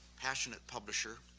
passionate publisher.